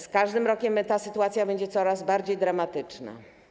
Z każdym rokiem sytuacja będzie coraz bardziej dramatyczna.